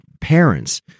parents